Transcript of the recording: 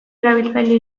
erabiltzaile